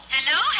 Hello